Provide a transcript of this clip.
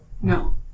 No